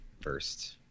first